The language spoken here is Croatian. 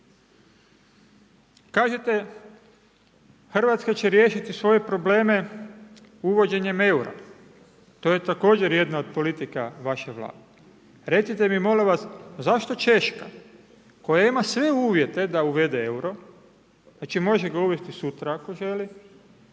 Kažete Hrvatska će riješiti svoje probleme uvođenjem eura, to je također jedna od politika vaše Vlade. Recite mi molim vas, zašto Češka koja ima sve uvjete da uvede euro, znači može ga uvesti sutra ako želi